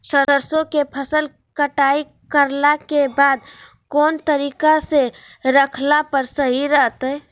सरसों के फसल कटाई करला के बाद कौन तरीका से रखला पर सही रहतय?